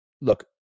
look